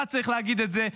אתה צריך להגיד את זה,